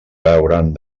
hauran